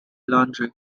laundry